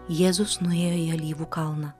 jėzus nuėjo į alyvų kalną